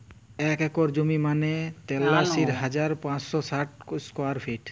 এক একর জমি মানে তেতাল্লিশ হাজার পাঁচশ ষাট স্কোয়ার ফিট